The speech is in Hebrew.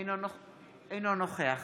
אינו נוכח